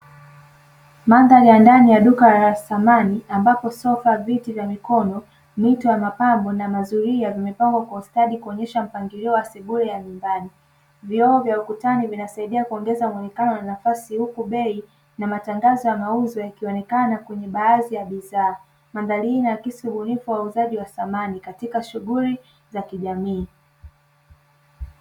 Mandhari ya ndani ya duka la samani ambapo sofa viti vya mikono, mito ya mapambo na mazuria vimepangwa kwa ustadi, kuonyesha mpangilio wa sebule ya nyumbani, vioo vya ukutani vinasaidia kuongeza muonekano wa nafasi, huku bei na matangazo ya mauzo vikionekana kwenye baadhi ya bidhaa. Mandhari hii inaakisi ubunifu wa wauzaji wa samani katika shughuli za kijamii.